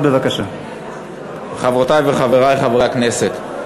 חברותי וחברי חברי הכנסת,